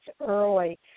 early